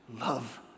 love